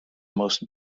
most